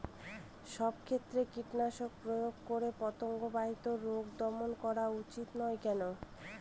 সব ক্ষেত্রে কীটনাশক প্রয়োগ করে পতঙ্গ বাহিত রোগ দমন করা উচিৎ নয় কেন?